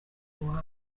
iwabo